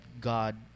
God